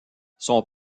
son